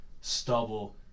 stubble